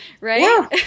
Right